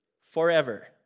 Forever